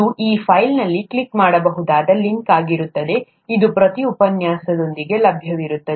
ಇದು ಆ ಫೈಲ್ನಲ್ಲಿ ಕ್ಲಿಕ್ ಮಾಡಬಹುದಾದ ಲಿಂಕ್ ಆಗಿರುತ್ತದೆ ಇದು ಪ್ರತಿ ಉಪನ್ಯಾಸದೊಂದಿಗೆ ಲಭ್ಯವಿರುತ್ತದೆ